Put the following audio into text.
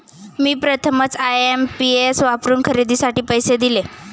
मी प्रथमच आय.एम.पी.एस वापरून खरेदीसाठी पैसे दिले